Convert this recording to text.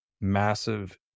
massive